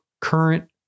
current